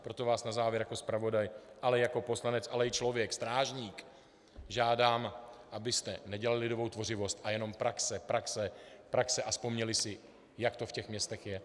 Proto vás na závěr jako zpravodaj, ale i jako poslanec, ale i člověk, strážník, žádám, abyste nedělali lidovou tvořivost, a jenom praxe, praxe, praxe a vzpomněli si, jak to v těch městech je.